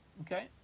Okay